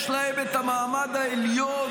יש להם את המעמד העליון,